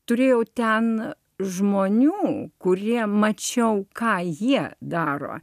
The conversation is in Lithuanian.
turėjau ten žmonių kurie mačiau ką jie daro